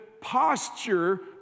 posture